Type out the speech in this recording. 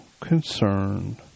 concerned